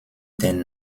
den